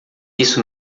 isso